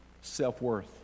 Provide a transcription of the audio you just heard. Self-worth